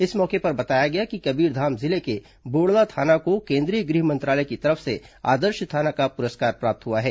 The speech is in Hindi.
इस मौके पर बताया गया कि कबीरधाम जिले के बोड़ला थाना को केन्द्रीय गृह मंत्रालय की तरफ से आदर्श थाना का पुरस्कार प्राप्त हुआ है